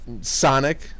Sonic